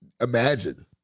imagine